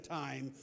time